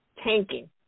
tanking